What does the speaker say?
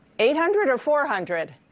eight hundred or four hundred